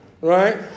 Right